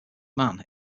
man